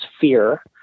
fear